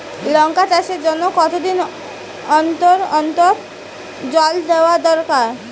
লঙ্কা চাষের জন্যে কতদিন অন্তর অন্তর জল দেওয়া দরকার?